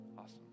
Awesome